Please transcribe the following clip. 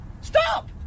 Stop